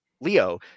Leo